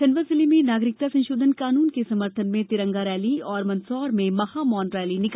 खंडवा जिले में नागरिकता संशोधन कानून के समर्थन में विशाल तिरंगा रैली और मंदसौर में महा मौन रैली हुई